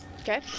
Okay